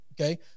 Okay